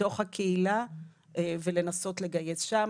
מתוך הקהילה, ולנסות לגייס שם.